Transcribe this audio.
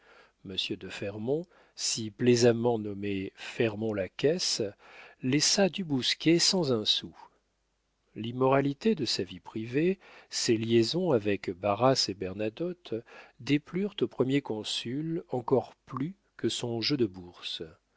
m de fermon si plaisamment nommé fermons la caisse laissa du bousquier sans un sou l'immoralité de sa vie privée ses liaisons avec barras et bernadotte déplurent au premier consul encore plus que son jeu de bourse